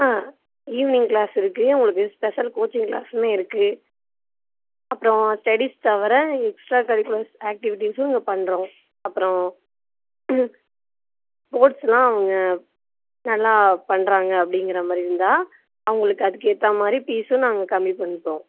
அ evening class இருக்கு உங்களுக்கு special coaching கிளாஸ்மே இருக்கு அப்புறோ ஸ்டடீஸ் தவிர எக்ஸ்ட்ரா கரிக்குலர்ஸ் ஆக்டிவிட்டீசும் இங்கே பண்ணுறோம் அப்புறோ ஸ்போர்ட்ஸ் எல்லாம் அவங்க நல்லா பண்ணுறாங்க அப்படிங்கிறமாரி இருந்தால் அவங்களுக்கு அதற்கு ஏற்றா மாதிரி ஃபீசும் நாங்கள் கம்மி பண்ணிப்போம்